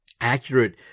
accurate